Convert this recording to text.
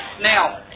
Now